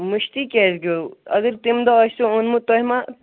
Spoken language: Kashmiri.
مٔشدٕےٛ کیاز گوٚو اگر تَمہِ دۄہ آسِہٕو اونمُت تۄہہِ ما